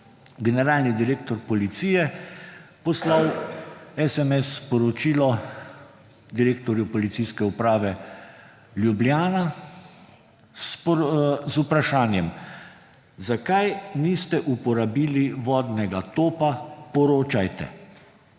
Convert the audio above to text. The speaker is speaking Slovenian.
generalni direktor policije poslal sms sporočilo direktorju Policijske uprave Ljubljana z vprašanjem: »Zakaj niste uporabili vodnega topa? Poročajte!«